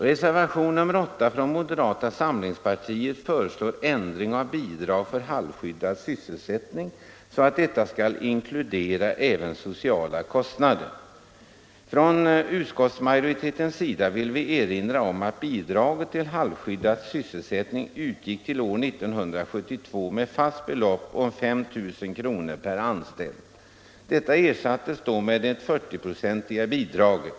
Reservationen 8 från moderata samlingspartiet föreslår ändring av bidraget för halvskyddad sysselsättning så att detta skall inkludera även sociala kostnader. Från utskottsmajoritetens sida vill vi erinra om att bidraget till halvskyddad sysselsättning år 1972 utgick med ett fast belopp om 5 000 kr. per anställd. Det ersattes då med det 40-procentiga bidraget.